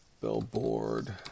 Billboard